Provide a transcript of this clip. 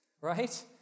right